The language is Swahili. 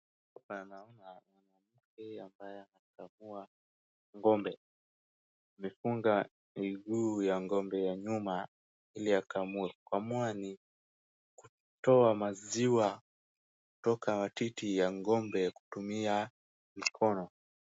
Naona mwanamke ambaye anakamua ngombe amefunga miguu ya ngombe ya nyuma ili akamue. Kukamua ni kutoa maziwa kutoka titi ya ngombe kutumia mikono.